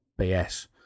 BS